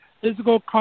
physical